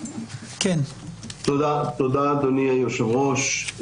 תודה, אדוני היושב-ראש.